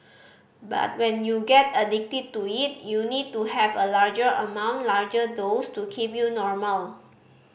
but when you get addicted to it you need to have a larger amount larger dose to keep you normal